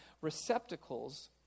receptacles